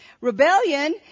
Rebellion